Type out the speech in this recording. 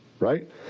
right